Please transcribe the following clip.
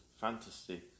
fantasy